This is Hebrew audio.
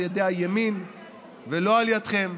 על ידי הימין ולא על ידכם.